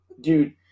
dude